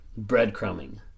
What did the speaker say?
breadcrumbing